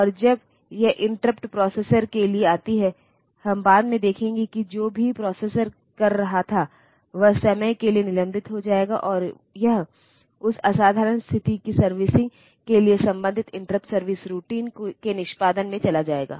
और जब यह इंटरप्ट प्रोसेसर के लिए आती है हम बाद में देखेंगे कि जो भी प्रोसेसर कर रहा था वह समय के लिए निलंबित हो जाएगा और यह उस असाधारण स्थिति की सर्विसिंग के लिए संबंधित इंटरप्ट सर्विस रूटीन के निष्पादन में चला जाएगा